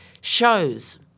shows